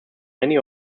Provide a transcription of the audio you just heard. many